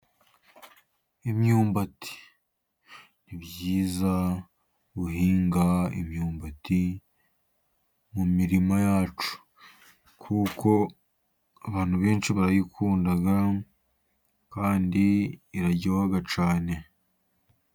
Imyumbati, ni byiza guhinga imyumbati mu mirima yacu, kuko abantu benshi bayikunda kandi iraryoha cyane.